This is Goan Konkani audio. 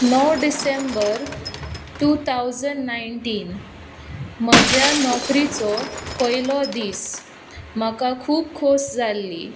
णव डिसेंबर टू थावजंड नायनटीन म्हज्या नोकरेचो पयलो दीस म्हाका खूब खोस जाल्ली